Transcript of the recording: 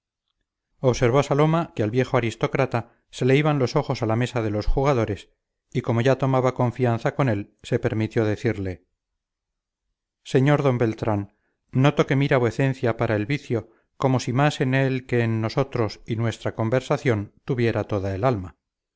observó saloma que al viejo aristócrata se le iban los ojos a la mesa de los jugadores y como ya tomaba confianza con él se permitió decirle señor d beltrán noto que mira vuecencia para el vicio como si más en él que en nosotros y nuestra conversación tuviera toda el alma